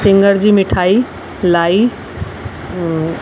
सिङर जी मिठाई लाई